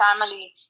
family